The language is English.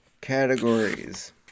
categories